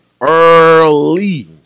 early